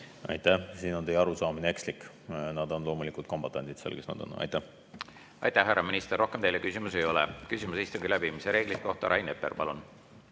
Aitäh! Siin on teie arusaamine ekslik. Nad on loomulikult kombatandid seal, kus nad on. Aitäh, härra minister! Rohkem teile küsimusi ei ole. Küsimus istungi läbiviimise reeglite kohta, Rain Epler, palun!